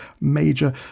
major